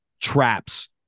traps